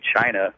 China